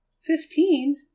Fifteen